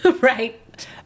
Right